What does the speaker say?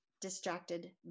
distracted